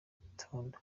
gitondo